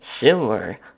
Sure